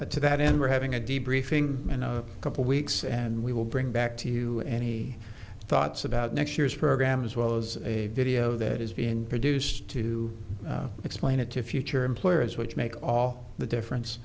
do that and we're having a d briefing in a couple weeks and we will bring back to you any thoughts about next year's program as well as a video that is being produced to explain it to future employers which make all the difference